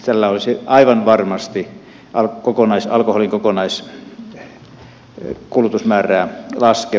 tällä olisi aivan varmasti alkoholin kokonaiskulutusmäärää laskeva vaikutus